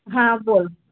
हां बोल